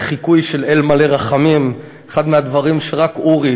חיקוי של "אל מלא רחמים" אחד הדברים שרק אורי